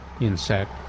insect